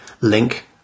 link